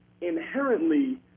inherently